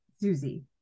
Susie